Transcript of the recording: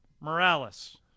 Morales